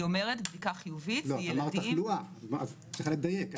את צריכה לדייק.